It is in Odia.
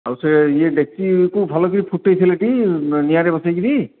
ଆଉ ସେ ଇଏ ଡେକ୍ଚିକୁ ଭଲକିରି ଫୁଟାଇଥିଲେ ଟି ନିଆଁରେ ବସେଇକରି